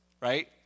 right